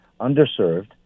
underserved